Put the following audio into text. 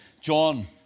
John